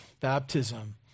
baptism